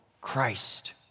Christ